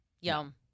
Yum